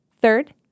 Third